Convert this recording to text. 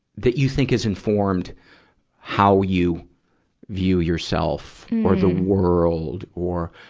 that you think has informed how you view yourself or the world or,